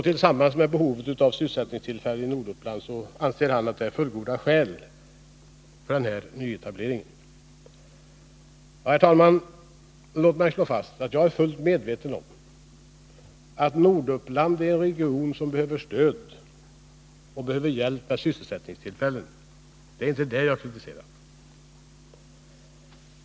Tillsammans med behovet av sysselsättningstillfällen i Norduppland anser han detta vara fullgoda skäl för denna nyetablering. Herr talman! Låt mig slå fast att jag är fullt medveten om att Norduppland är en region som behöver stöd och hjälp med sysselsättningstillfällen. Det är inte det jag kritiserar.